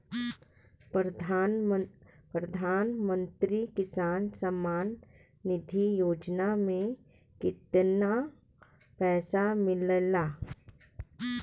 प्रधान मंत्री किसान सम्मान निधि योजना में कितना पैसा मिलेला?